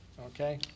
Okay